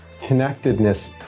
Connectedness